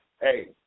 Hey